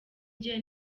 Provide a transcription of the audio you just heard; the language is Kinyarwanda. njye